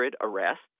arrests